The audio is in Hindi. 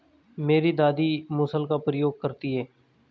मेरी दादी मूसल का प्रयोग करती हैं